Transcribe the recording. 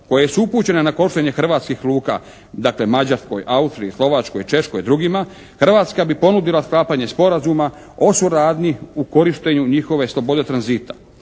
koje su upućene na korištenje hrvatskih luka, dakle Mađarskoj, Austriji, Slovačkoj, Češkoj, drugima Hrvatska bi ponudila sklapanje sporazuma o suradnji u korištenju njihove slobode tranzita.